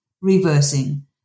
reversing